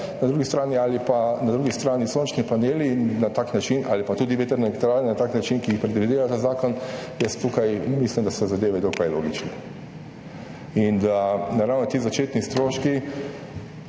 hidroelektrarne ali pa na drugi strani sončnih panelov ali pa tudi vetrne elektrarne na tak način, kot ga predvideva ta zakon, jaz tukaj mislim, da so zadeve dokaj logične in da ravno ti začetni stroški,